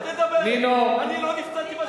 אני לא נתקלתי, תודה.